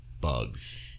bugs